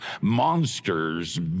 monster's